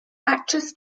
actress